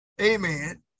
Amen